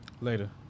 Later